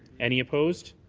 any opposed?